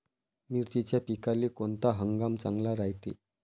मिर्चीच्या पिकाले कोनता हंगाम चांगला रायते?